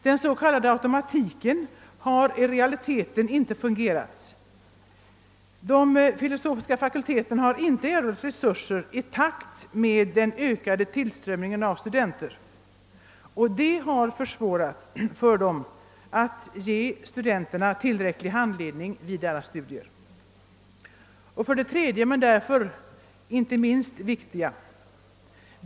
Den s.k. automatiken har i realiteten inte fungerat — de filosofiska fakulteterna har inte erhållit resurser i takt med den ökade tillströmningen av studenter, vilket försvårat för dem att ge studenterna tillräcklig handledning vid studierna. : 3.